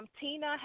Tina